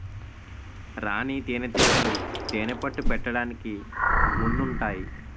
రాణీ తేనేటీగలు తేనెపట్టు పెట్టడానికి ముందుంటాయి